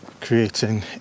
creating